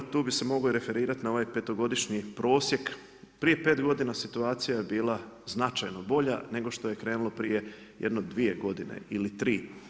Tu bi se mogao referirati na ovaj petogodišnji prosjek, prije pet godina situacija je bila značajno bolja nego što je krenulo prije jedno dvije godine ili tri.